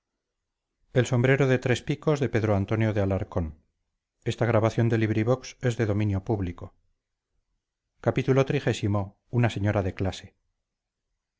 del sombrero de tres picos son